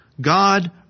God